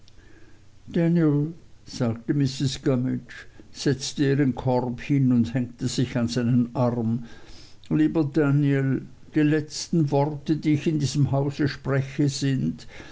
sagte mrs gummidge setzte ihren korb hin und hängte sich an seinen arm lieber daniel die letzten worte die ich in diesem hause spreche sind